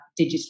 digitally